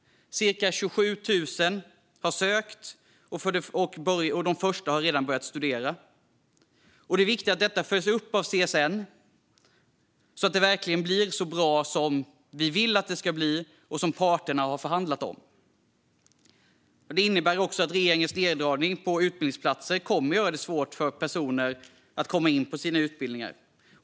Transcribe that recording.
Cirka 27 000 har sökt stödet, och de första har redan börjat studera. Det är viktigt att detta stöd följs upp av CSN så att det verkligen blir så bra som vi vill att det ska bli och som parterna har förhandlat fram. Detta innebär också att regeringens neddragningar på antalet utbildningsplatser kommer att göra det svårt för personer att komma in på sina utbildningar.